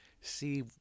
See